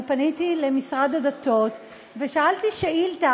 אני פניתי למשרד הדתות ושאלתי שאילתה,